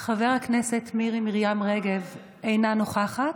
חברת הכנסת מירי מרים רגב, אינה נוכחת,